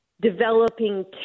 developing